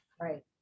right